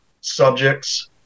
subjects